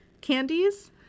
candies